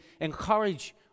encourage